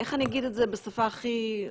איך אני אגיד את זה בשפה הכי ?